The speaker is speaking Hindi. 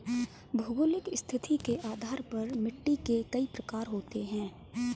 भौगोलिक स्थिति के आधार पर मिट्टी के कई प्रकार होते हैं